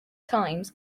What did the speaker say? times